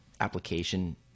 application